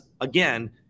again